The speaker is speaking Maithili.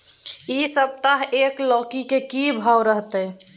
इ सप्ताह एक लौकी के की भाव रहत?